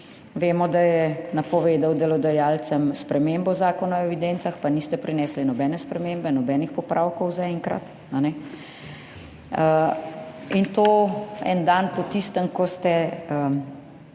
Vemo, da je napovedal delodajalcem spremembo Zakona o evidencah, pa niste prinesli nobene spremembe, nobenih popravkov zaenkrat, a ne. In to, en dan po tistem, ko so